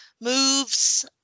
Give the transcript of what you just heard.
moves